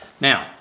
Now